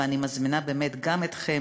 ואני מזמינה באמת גם אתכם,